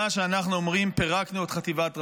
שאנחנו אומרים 'פירקנו את חטיבת רפיח'".